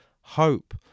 hope